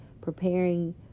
preparing